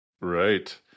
Right